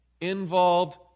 involved